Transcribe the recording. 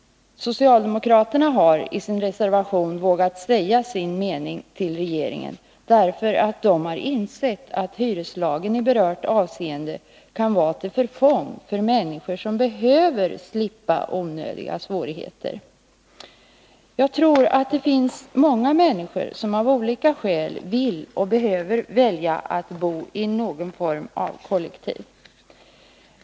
Socialdemokraterna har i sin reservation vågat säga sin mening till regeringen, därför att de har insett att hyreslagen i berört avseende kan vara till förfång för människor som behöver slippa onödiga svårigheter. Jag tror att det finns många människor som av olika skäl vill och behöver bo i någon form av kollektiv.